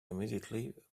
immediately